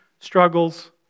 struggles